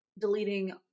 deleting